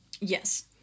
Yes